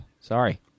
Sorry